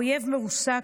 האויב מרוסק,